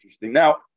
Now